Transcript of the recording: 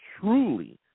truly